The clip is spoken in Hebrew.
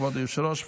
כבוד היושב-ראש,